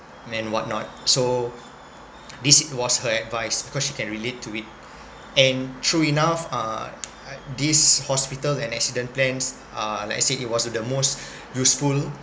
and what not so this was her advice because she can relate to it and true enough uh this hospital and accident plans uh like I said it was the most useful